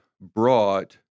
brought